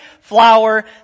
flower